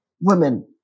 Women